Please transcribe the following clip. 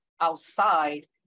outside